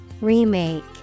Remake